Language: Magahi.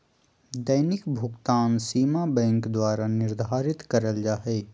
दैनिक भुकतान सीमा बैंक द्वारा निर्धारित करल जा हइ